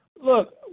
look